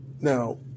Now